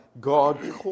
God